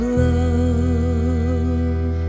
love